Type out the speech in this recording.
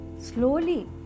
Slowly